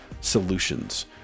solutions